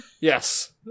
Yes